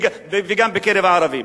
וגם בקרב הערבים?